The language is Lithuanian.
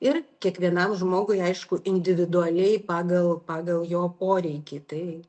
ir kiekvienam žmogui aišku individualiai pagal pagal jo poreikį tai